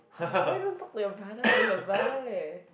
why don't talk to your brother he's your brother leh